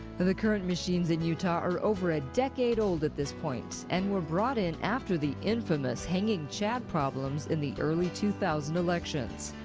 the the current machines in utah are over a decade old at this point and were brought in after the infamous hanging chad problems in the early two thousand s elections.